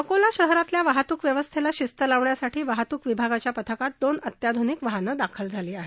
अकोला शहरातल्या वाहतूक व्यवस्थेला शिस्त लावण्यासाठी वाहतूक विभागाच्या पथकात दोन अत्याधूनिक वाहने दाखल झाली आहेत